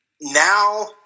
now